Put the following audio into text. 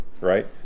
Right